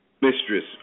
Mistress